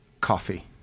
coffee